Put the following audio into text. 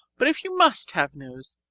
but if you must have news,